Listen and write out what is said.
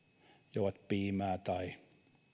juovat piimää tai